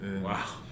Wow